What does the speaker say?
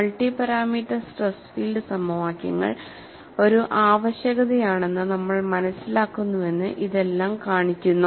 multi parameter stress field സമവാക്യങ്ങൾ ഒരു ആവശ്യകതയാണെന്ന് നമ്മൾ മനസ്സിലാക്കുന്നുവെന്ന് ഇതെല്ലാം കാണിക്കുന്നു